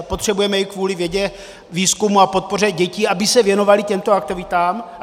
Potřebujeme ji kvůli vědě, výzkumu a podpoře dětí, aby se věnovaly těmto aktivitám?